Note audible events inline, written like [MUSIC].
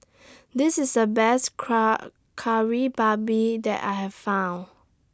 This IS The Best [UNINTELLIGIBLE] Kari Babi that I Have found